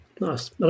Nice